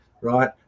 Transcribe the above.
right